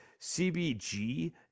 CBG